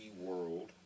World